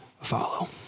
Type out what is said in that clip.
follow